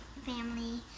family